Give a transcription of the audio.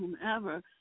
whomever